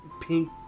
pink